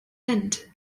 end